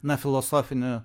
na filosofinį